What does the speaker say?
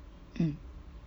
hmm